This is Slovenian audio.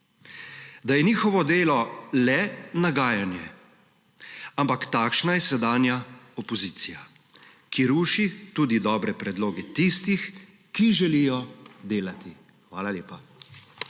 da je njihovo delo le nagajanje. Ampak takšna je sedanja opozicija, ki ruši tudi dobre predloge tistih, ki želijo delati. Hvala lepa.